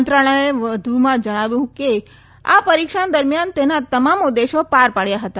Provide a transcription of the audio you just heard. મંત્રાલયે વધુમાં જણાવ્યું હતું કે આ પરિક્ષણ દરમિયાન તેના તમામ ઉદ્દેશો પાર પડ્યા હતા